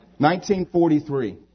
1943